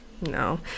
No